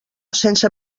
sense